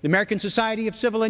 the american society of civil